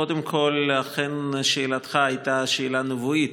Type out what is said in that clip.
קודם כול, אכן, שאלתך הייתה שאלה נבואית.